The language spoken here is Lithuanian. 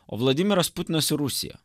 o vladimiras putinas ir rusija